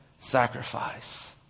Sacrifice